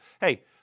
hey